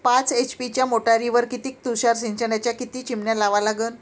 पाच एच.पी च्या मोटारीवर किती तुषार सिंचनाच्या किती चिमन्या लावा लागन?